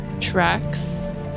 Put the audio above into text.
tracks